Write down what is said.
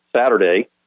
Saturday